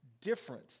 different